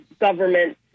government